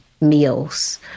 meals